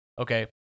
Okay